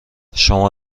شما